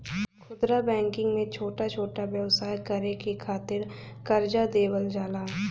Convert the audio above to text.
खुदरा बैंकिंग में छोटा छोटा व्यवसाय करे के खातिर करजा देवल जाला